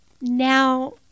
Now